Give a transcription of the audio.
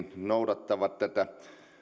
noudattavat tätä